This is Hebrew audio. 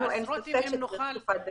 לנו אין ספק שצריך תקופת ביניים.